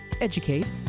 educate